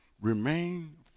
remain